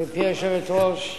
גברתי היושבת-ראש,